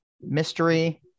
mystery